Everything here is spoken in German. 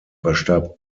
verstarb